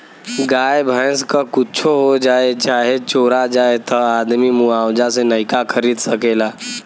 गाय भैंस क कुच्छो हो जाए चाहे चोरा जाए त आदमी मुआवजा से नइका खरीद सकेला